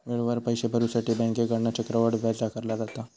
वेळेवर पैशे भरुसाठी बँकेकडना चक्रवाढ व्याज आकारला जाता